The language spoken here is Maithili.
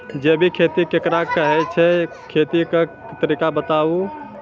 जैबिक खेती केकरा कहैत छै, खेतीक तरीका बताऊ?